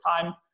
time